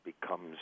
becomes